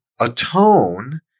atone